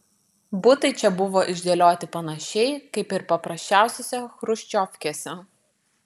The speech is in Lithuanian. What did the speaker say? butai čia buvo išdėlioti panašiai kaip ir paprasčiausiose chruščiovkėse